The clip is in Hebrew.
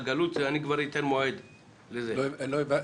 הוועדה ועל דעת